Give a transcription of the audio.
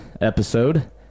episode